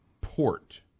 port